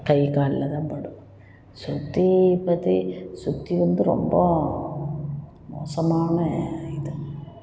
கை காலில் தான் படும் சுத்தி பற்றி சுத்தி வந்து ரொம்ப மோசமான இது